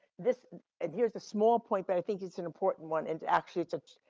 this adhere the small point but i think it's an important one and to actually touch.